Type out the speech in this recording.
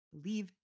Believe